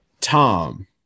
Tom